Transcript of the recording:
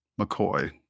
McCoy